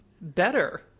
better